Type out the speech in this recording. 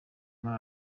muri